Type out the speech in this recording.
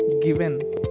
Given